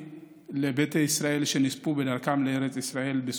לביתא ישראל שנספו בסודאן בדרכם לארץ ישראל.